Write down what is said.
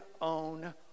own